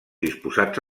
disposats